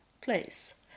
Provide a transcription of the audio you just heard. place